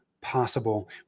possible